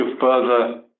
further